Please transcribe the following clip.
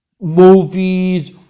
movies